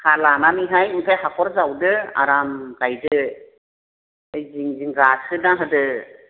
हा लानानैहाय ओमफ्राय हाखर जावदो आराम गायदो ओमफ्राय जिं जिं गासोना होदो